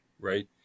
Right